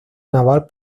naval